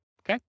Okay